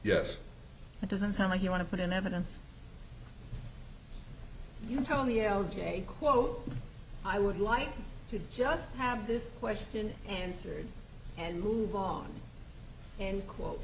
yes it doesn't sound like you want to put in evidence you tell me ok quote i would like to just have this question answered and move on and